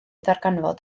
ddarganfod